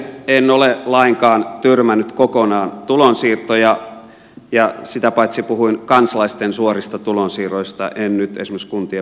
en ole lainkaan tyrmännyt kokonaan tulonsiirtoja ja sitä paitsi puhuin kansalaisten suorista tulonsiirroista en esimerkiksi kuntien valtionosuuksista